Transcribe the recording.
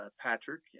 Patrick